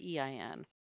EIN